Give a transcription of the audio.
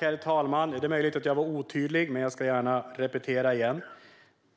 Herr talman! Det är möjligt att jag var otydlig, men jag repeterar gärna igen.